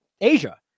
Asia